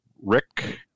Rick